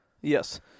Yes